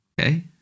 Okay